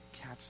catch